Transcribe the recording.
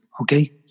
Okay